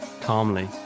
calmly